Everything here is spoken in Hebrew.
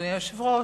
אדוני היושב-ראש,